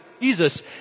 Jesus